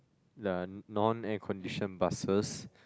the non air conditioned buses